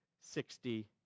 sixty